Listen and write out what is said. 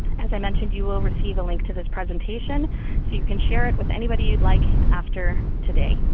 as i mentioned, you will receive a link to this presentation so you can share it with anybody you'd like after today.